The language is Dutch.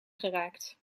geraakt